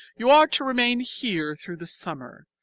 you are to remain here through the summer,